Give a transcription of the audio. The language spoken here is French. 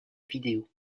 vidéo